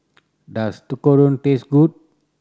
does Tekkadon taste good